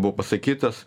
buvo pasakytas